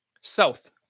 south